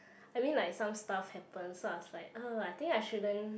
I mean like some stuff happened so I was like uh I think I shouldn't